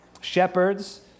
Shepherds